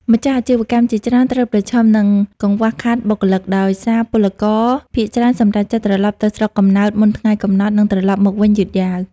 ម្ចាស់អាជីវកម្មជាច្រើនត្រូវប្រឈមនឹងកង្វះខាតបុគ្គលិក ដោយសារពលករភាគច្រើនសម្រេចចិត្តត្រឡប់ទៅស្រុកកំណើតមុនថ្ងៃកំណត់ និងត្រឡប់មកវិញយឺតយ៉ាវ។